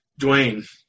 dwayne